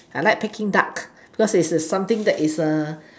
I like peking duck because is something that is uh